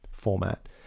format